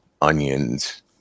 onions